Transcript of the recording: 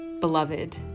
beloved